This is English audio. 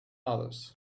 others